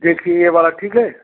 देखिए यह वाला ठीक है